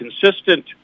Consistent